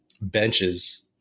benches